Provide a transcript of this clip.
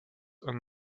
and